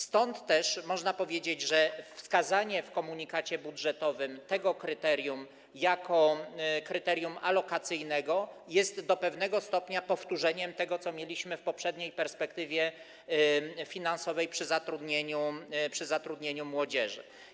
Stąd też można powiedzieć, że wskazanie w komunikacie budżetowym tego kryterium jako kryterium alokacyjnego jest do pewnego stopnia powtórzeniem tego, co mieliśmy w poprzedniej perspektywie finansowej przy zatrudnieniu młodzieży.